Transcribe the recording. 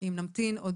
אם נמתין עוד.